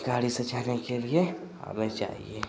गाड़ी से जाने के लिए हमें चाहिए